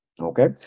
okay